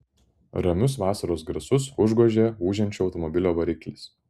ramius vasaros garsus užgožė ūžiančio automobilio variklis